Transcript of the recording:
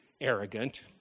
arrogant